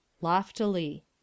LOFTILY